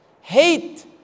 Hate